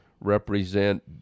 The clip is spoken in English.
represent